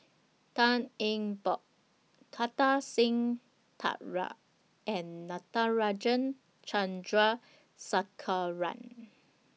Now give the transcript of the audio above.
Tan Eng Bock Kartar Singh Thakral and Natarajan Chandrasekaran